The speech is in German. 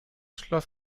schloss